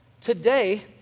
Today